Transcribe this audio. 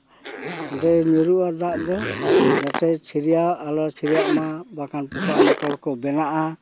ᱟᱫᱚ ᱧᱩᱨᱩᱜᱼᱟ ᱫᱟᱜ ᱫᱚ ᱡᱟᱛᱮ ᱪᱷᱤᱨᱤᱭᱟ ᱟᱞᱚ ᱪᱷᱤᱨᱤᱭᱟᱜ ᱢᱟ ᱵᱟᱠᱷᱟᱱ ᱯᱚᱠᱟ ᱢᱟᱠᱚᱲ ᱠᱚ ᱵᱮᱱᱟᱜᱼᱟ